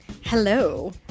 Hello